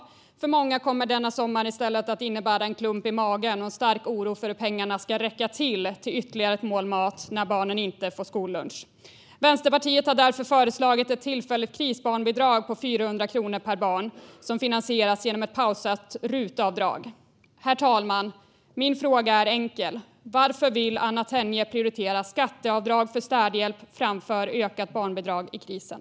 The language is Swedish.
Men för många kommer denna sommar i stället att innebära en klump i magen och en stark oro för hur pengarna ska räcka till ytterligare ett mål mat när barnen inte får skollunch. Vänsterpartiet har därför föreslagit ett tillfälligt krisbarnbidrag på 400 kronor per barn, som finansieras genom ett pausat rutavdrag. Herr talman! Min fråga är enkel: Varför prioriterar Anna Tenje skatteavdrag för städhjälp framför höjt barnbidrag i krisen?